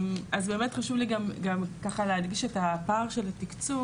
אז באמת חשוב לי גם ככה להדגיש את הפער של התקצוב